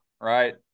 right